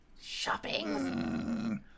Shopping